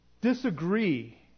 disagree